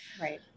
Right